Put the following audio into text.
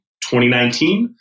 2019